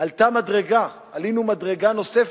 עלינו מדרגה נוספת,